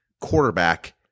quarterback